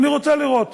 אני רוצה לראות.